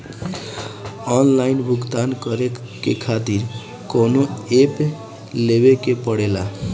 Online भुगतान करके के खातिर कौनो ऐप लेवेके पड़ेला?